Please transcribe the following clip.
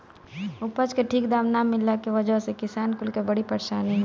उपज के ठीक दाम ना मिलला के वजह से किसान कुल के बड़ी परेशानी होला